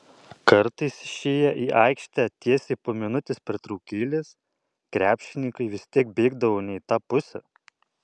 kartais išėję į aikštę tiesiai po minutės pertraukėlės krepšininkai vis tiek bėgdavo ne į tą pusę